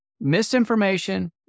misinformation